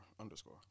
underscore